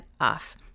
off